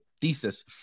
thesis